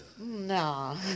nah